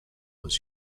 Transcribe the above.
was